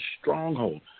stronghold